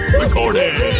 recording